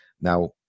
Now